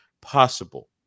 possible